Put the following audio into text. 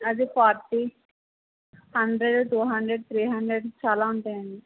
అది forty hundred two hundred three hundred చాలా ఉంటాయండి